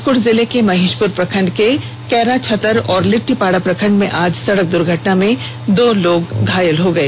पाकुड़ जिले के महेशपुर प्रखंड के कैराछतर और लिट्टीपाड़ा प्रखंड में आज सड़क दुर्घटना में बाइक सवार दो लोग घायल हो गए